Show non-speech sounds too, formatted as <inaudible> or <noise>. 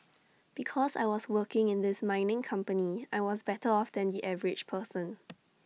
because I was working in this mining company I was better off than the average person <noise>